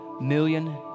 million